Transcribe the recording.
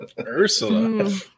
Ursula